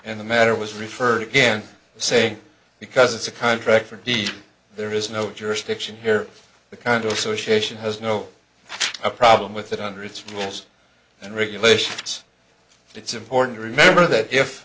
and the matter was referred again saying because it's a contract for d c there is no jurisdiction here the condo association has no thanks a problem with it under its rules and regulations it's important to remember that if